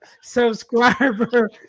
Subscriber